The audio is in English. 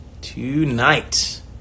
Tonight